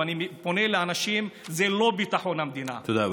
ואני פונה לאנשים: זה לא ביטחון המדינה, תודה רבה.